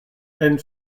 and